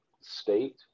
state